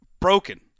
broken